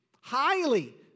Highly